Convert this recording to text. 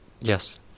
Yes